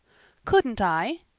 couldn't i?